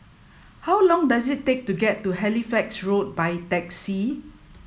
how long does it take to get to Halifax Road by taxi